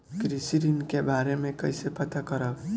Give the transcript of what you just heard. कृषि ऋण के बारे मे कइसे पता करब?